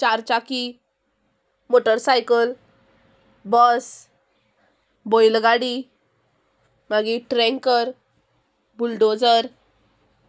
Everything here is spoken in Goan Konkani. चारचाकी मोटरसायकल बस बैलगाडी मागीर ट्रँकर बुलडोजर